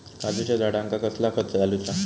काजूच्या झाडांका कसला खत घालूचा?